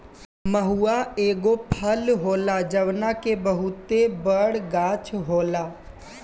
महुवा एगो फल होला जवना के बहुते बड़ गाछ होला